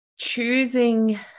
choosing